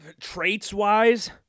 traits-wise